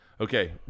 okay